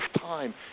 time